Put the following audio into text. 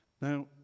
Now